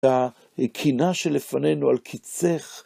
והכינה שלפנינו על קיצך...